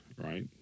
right